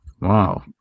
wow